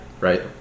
Right